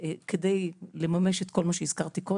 כדי לממש כל מה שהזכרתי.